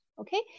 okay